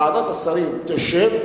ועדת השרים תשב,